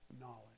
knowledge